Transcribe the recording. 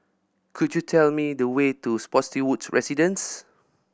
could you tell me the way to Spottiswoode Residences